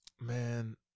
Man